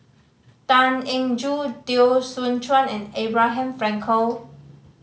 Tan Eng Joo Teo Soon Chuan and Abraham Frankel